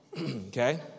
Okay